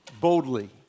boldly